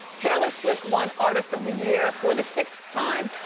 taylor swift won artist of the year for the sixth time.